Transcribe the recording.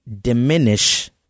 diminish